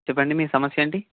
చెప్పండి మీ సమస్య ఏంటి